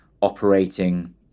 operating